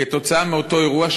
בגלל אותו אירוע,